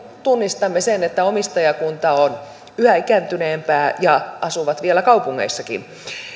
tunnistamme sen että omistajakunta on yhä ikääntyneempää ja asuu vielä kaupungeissakin